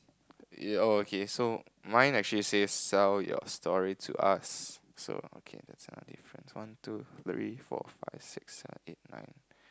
yea oh okay so mine actually say sell your story to us so okay that another difference one two three four five six seven eight nine